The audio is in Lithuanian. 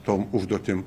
tom užduotim